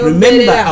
Remember